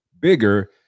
bigger